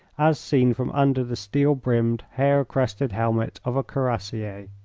as seen from under the steel-brimmed hair-crested helmet of a cuirassier.